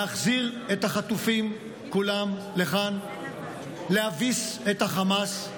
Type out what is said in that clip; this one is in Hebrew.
להחזיר את החטופים כולם לכאן, להביס את החמאס,